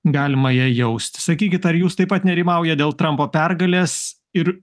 galima ją jausti sakykit ar jūs taip pat nerimaujat dėl trumpo pergalės ir